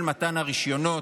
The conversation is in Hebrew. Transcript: של מתן הרישיונות,